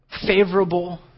favorable